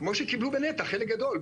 כמו שקיבלו בנת"ע חלק גדול,